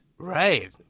Right